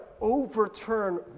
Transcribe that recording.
overturn